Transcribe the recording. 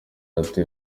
ati